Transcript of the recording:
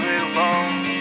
alone